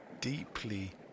deeply